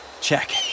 Check